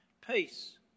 Peace